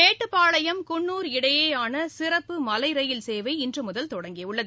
மேட்டுப்பாளையம் குன்னூர் இடையேயான சிறப்பு மலைரயில் சேவை இன்று முதல் தொடங்கியுள்ளது